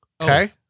Okay